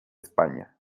españa